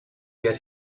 get